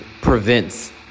prevents